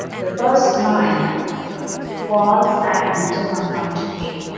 the first line falls at negative one point two eight.